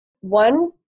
One